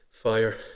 fire